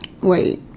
Wait